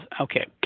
Okay